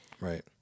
Right